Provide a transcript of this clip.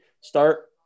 start